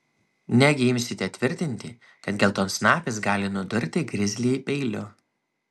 negi imsite tvirtinti kad geltonsnapis gali nudurti grizlį peiliu